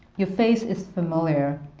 your face is familiar,